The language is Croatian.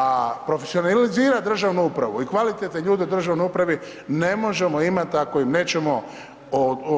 A profesionalizirat državnu upravu i kvalitetne ljude u državnoj upravni ne možemo imati ako im nećemo